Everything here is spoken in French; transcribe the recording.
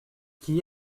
qui